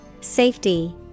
Safety